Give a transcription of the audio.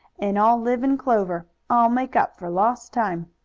and i'll live in clover. i'll make up for lost time.